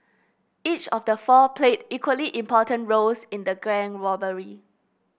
each of the four played equally important roles in the gang robbery